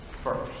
first